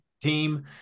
team